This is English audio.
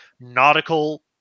nautical